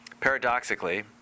Paradoxically